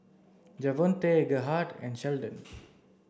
Javonte Gerhardt and Sheldon